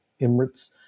Emirates